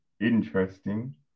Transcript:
interesting